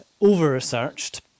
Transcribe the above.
over-researched